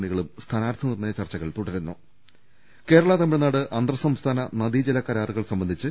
ണികളും സ്ഥാനാർത്ഥി നിർണ്ണയ ചർച്ചകൾ തുടരുന്നു കേരള തമിഴ്നാട് അന്തർസംസ്ഥാന നദീജലകരാറുകൾ സംബന്ധിച്ച്